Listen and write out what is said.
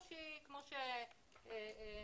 או כמו שנאמר,